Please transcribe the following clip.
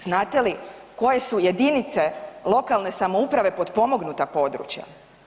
Znate li koje su jedinice lokalne samouprave potpomognuta područja?